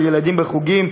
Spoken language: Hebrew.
על ילדים בחוגים.